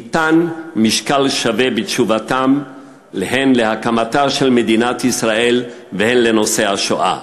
ניתן משקל שווה בתשובתם להקמת מדינת ישראל ולשואה.